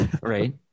right